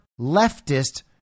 leftist